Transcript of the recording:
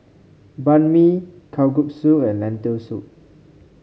Banh Mi Kalguksu and Lentil Soup